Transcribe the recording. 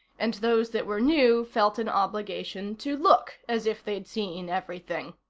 and those that were new felt an obligation to look as if they'd seen everything.